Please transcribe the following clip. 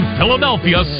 Philadelphia